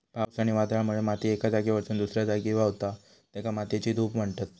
पावस आणि वादळामुळे माती एका जागेवरसून दुसऱ्या जागी व्हावता, तेका मातयेची धूप म्हणतत